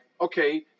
okay